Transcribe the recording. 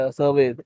survey